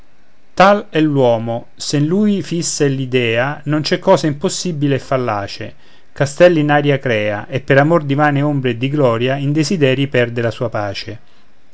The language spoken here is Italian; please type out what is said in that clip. è l'uomo se in lui fissa è l'idea non c'è cosa impossibile e fallace castelli in aria crea e per amor di vane ombre e di gloria in desideri perde la sua pace